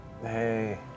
Hey